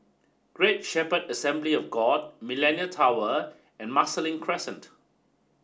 Great Shepherd Assembly of God Millenia Tower and Marsiling Crescent